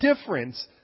difference